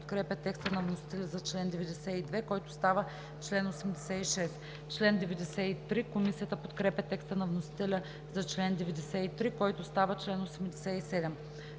Комисията подкрепя текста на вносителя за чл. 103, който става чл. 97. Комисията подкрепя текста на вносителя за чл. 104, който става чл. 98.